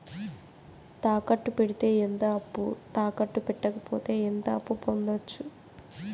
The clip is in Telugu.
తాకట్టు పెడితే ఎంత అప్పు, తాకట్టు పెట్టకపోతే ఎంత అప్పు పొందొచ్చు?